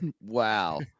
wow